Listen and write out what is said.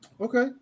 okay